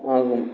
ஆகும்